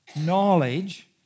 knowledge